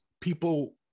people